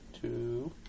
two